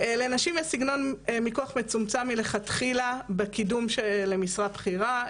לנשים יש סגנון מיקוח מצומצם מלכתחילה בקידום למשרה בכירה.